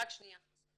תסכמי בבקשה.